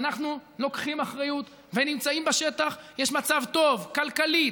כשאנחנו לוקחים אחריות ונמצאים בשטח יש מצב טוב כלכלית,